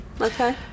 Okay